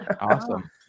Awesome